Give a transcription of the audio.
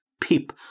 peep